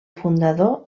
fundador